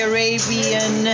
Arabian